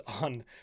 on